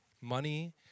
Money